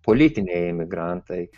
politiniai emigrantai